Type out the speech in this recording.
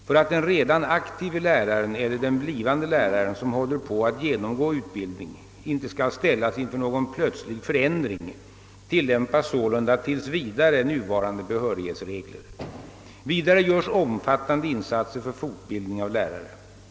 För att den redan aktive läraren eller den blivande läraren, som håller på att genomgå utbildning, inte skall ställas inför någon plötslig förändring tillämpas sålunda tills vidare nuvarande behörighetsregler. Vidare görs omfattande insatser för fortbildning av lärare.